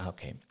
Okay